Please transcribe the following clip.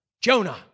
Jonah